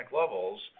levels